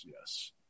Yes